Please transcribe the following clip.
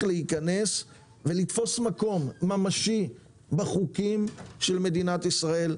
להיכנס ולתפוס מקום ממשי בחוקים של מדינת ישראל,